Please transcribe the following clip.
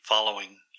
following